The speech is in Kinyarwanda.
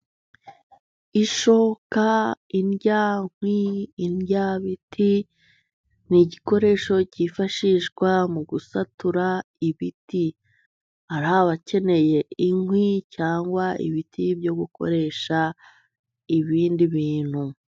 Ishoka ,indyakwi ,indyabiti ni igikoresho cyifashishwa mu gusatura ibiti. Ari abakeneye inkwi cyangwa ibiti byo gukoresha ibindi bintu.